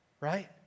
right